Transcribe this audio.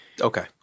Okay